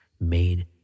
made